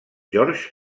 georg